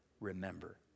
remember